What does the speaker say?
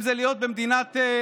אם זה להיות במדינת אויב.